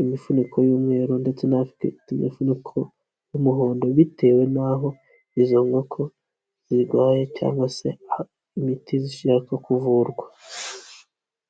imifuniko y'umweru ndetse n'afite imifuniko y'umuhondo, bitewe n'aho izo nkoko zirwaye cyangwa se imiti zishaka kuvurwa.